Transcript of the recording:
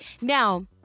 Now